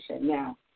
Now